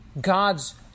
God's